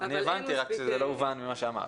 אני הבנתי אבל זה לא הובן ממה שאמרת.